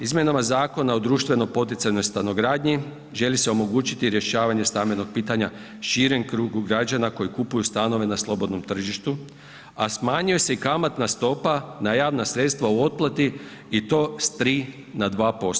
Izmjenama zakona o društveno poticajnoj stanogradnji želi se omogućiti rješavanje stambenog pitanja širem krugu građana koji kupuju stanove na slobodnom tržištu a smanjuje se i kamatna stopa na javna sredstva u otplati i to s 3 na 2%